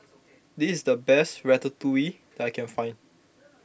this is the best Ratatouille that I can find